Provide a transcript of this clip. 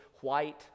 white